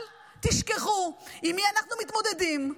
אל תשכחו עם מי אנחנו מתמודדים,